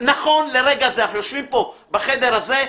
אנחנו יושבים פה בחדר הזה,